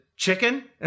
Chicken